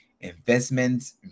investments